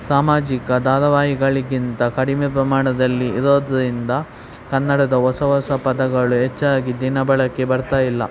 ಸಾಮಾಜಿಕ ಧಾರಾವಾಹಿಗಳಿಗಿಂತ ಕಡಿಮೆ ಪ್ರಮಾಣದಲ್ಲಿ ಇರೋದರಿಂದ ಕನ್ನಡದ ಹೊಸ ಹೊಸ ಪದಗಳು ಹೆಚ್ಚಾಗಿ ದಿನಬಳಕೆ ಬರ್ತಾ ಇಲ್ಲ